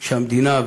שהמדינה,